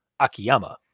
Akiyama